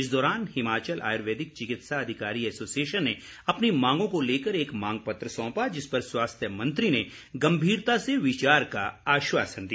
इस दौरान हिमाचल आयुर्वेदिक चिकित्सा अधिकारी एसोसिएशन ने अपनी मांगों को लेकर एक मांग पत्र सौंपा जिस पर स्वास्थ्य मंत्री ने गम्मीरता से विचार का आश्वासन दिया